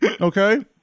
okay